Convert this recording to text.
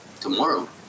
tomorrow